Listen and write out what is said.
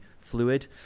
fluid